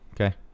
Okay